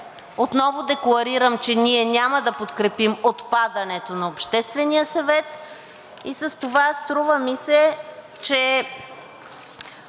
отново декларирам, че ние няма да подкрепим отпадането на Обществения съвет. С това, струва ми се, че